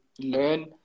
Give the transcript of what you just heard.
learn